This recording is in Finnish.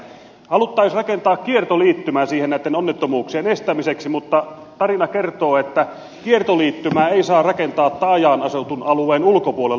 haluttaisiin rakentaa kiertoliittymä siihen näitten onnettomuuksien estämiseksi mutta tarina kertoo että kiertoliittymää ei saa rakentaa taajaan asutun alueen ulkopuolelle